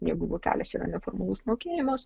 jeigu vokelis yra neformalus mokėjimas